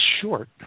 short